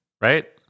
right